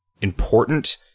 important